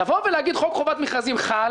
לבוא ולהגיד שחוק חובת מכרזים חל